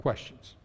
Questions